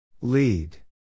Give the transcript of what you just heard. Lead